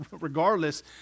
regardless